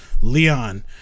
Leon